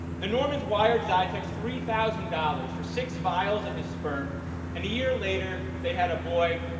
the norman's wired xytex three thousand dollars for six vials of his sperm and a year later they had a boy,